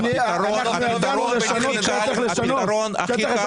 אנחנו ידענו לשנות כשהיה צריך לשנות,